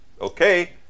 Okay